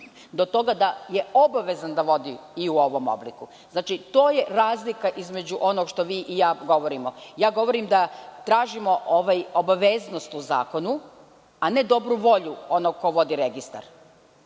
do toga da je obavezan da vodi i u ovom obliku. To je razlika između onoga što vi i ja govorimo. Ja govorim da tražimo obaveznost u zakonu, a ne dobru volju onoga ko vodi registar. Mislim